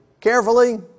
carefully